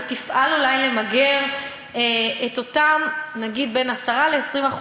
ותפעל אולי למגר את אותם נגיד בין 10% ל-20%